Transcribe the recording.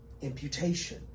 imputation